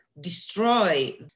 destroy